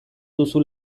duzu